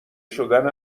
شدن